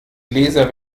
gläser